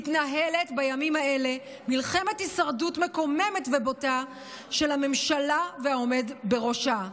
מתנהלת בימים אלה מלחמת הישרדות מקוממת ובוטה של הממשלה והעומד בראשה,